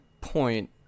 point